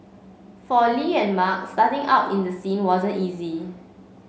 for Li and Mark starting out in the scene wasn't easy